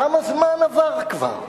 כמה זמן עבר כבר?